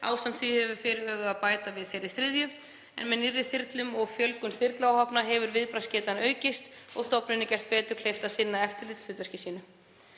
Ásamt því er fyrirhugað að bæta við þeirri þriðju en með nýrri þyrlum og fjölgun þyrluáhafna hefur viðbragðsgeta aukist og stofnuninni er gert betur kleift að sinna eftirlitshlutverki sínu.